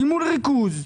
גמול ריכוז,